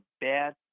bad